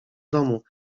domu